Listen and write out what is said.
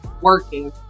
working